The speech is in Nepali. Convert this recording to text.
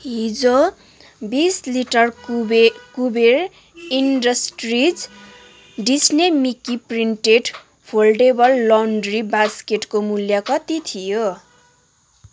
हिजो बीस लिटर कुबे Kuber industries Disney Mickey printed foldable laundry बास्केटको मूल्य कति थियो